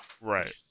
Right